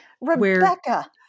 Rebecca